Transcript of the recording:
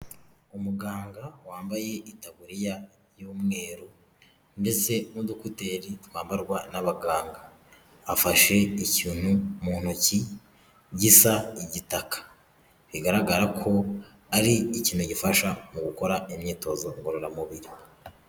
Umuganga wambaye itaburiya y'umweru ndetse n'udukuteri twambarwa n'abaganga, afashe ikintu mu ntoki gisa igitaka bigaragara ko ari ikintu gifasha mu gukora imyitozo ngororamubiri.